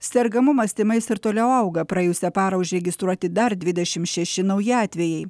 sergamumas tymais ir toliau auga praėjusią parą užregistruoti dar dvidešim šeši nauji atvejai